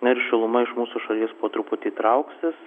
na ir šiluma iš mūsų šalies po truputį trauksis